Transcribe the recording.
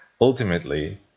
ultimately